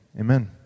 Amen